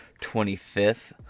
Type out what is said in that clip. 25th